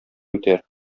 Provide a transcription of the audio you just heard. үтәр